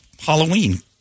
Halloween